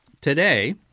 today